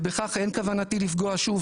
ובכך אין כוונתי לפגוע שוב,